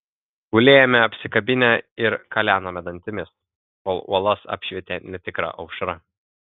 gulėjome apsikabinę ir kalenome dantimis kol uolas apšvietė netikra aušra